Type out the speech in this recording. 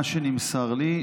מה שנמסר לי,